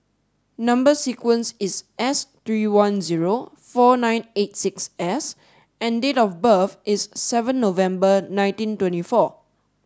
number sequence is S three one zero four nine eight six S and date of birth is seven November nineteen twenty four